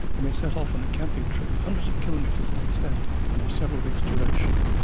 when we set off on a camping trip hundreds of kilometres in extent, and of several weeks'duration,